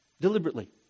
deliberately